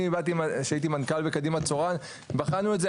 כשהייתי מנכ"ל בקדימה צורן בחנו את זה,